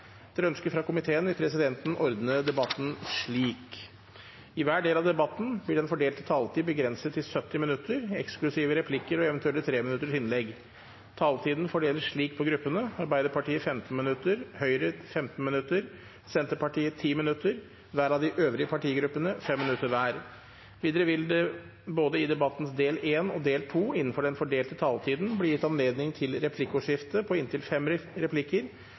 Etter ønske fra familie- og kulturkomiteen vil presidenten ordne debatten slik: I hver del av debatten vil den fordelte taletid bli begrenset til 70 minutter, eksklusiv replikker og eventuelle treminuttersinnlegg. Taletiden fordeles slik på gruppene: Arbeiderpartiet 15 minutter, Høyre 15 minutter, Senterpartiet 10 minutter og hver av de øvrige partigruppene 5 minutter. Videre vil det i både debattens del 1 og del 2 – innenfor den fordelte taletiden – bli gitt anledning til replikkordskifte på inntil fem replikker